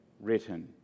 written